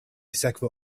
sekvu